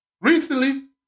recently